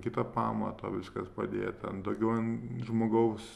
kito pamato viskas padėta ant daugiau ant žmogaus